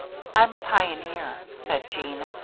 i'm a pioneer, said jean,